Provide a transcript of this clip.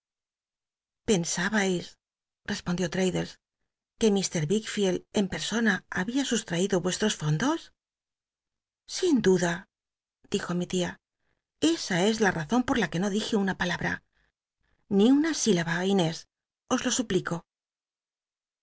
nsabais respondió l'i'adcllcs que jir vickfi clcl en persona babin sustraído l'ucstros fondos sin duda dijo mi tia esa es la razon por la que no dije una palabra ni una silaba inés os lo suplico